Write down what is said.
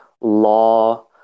law